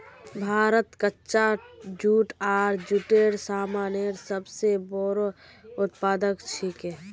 भारत कच्चा जूट आर जूटेर सामानेर सब स बोरो उत्पादक छिके